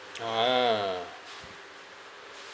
ah